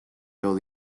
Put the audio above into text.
built